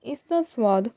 ਇਸ ਦਾ ਸਵਾਦ